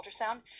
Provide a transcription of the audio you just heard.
ultrasound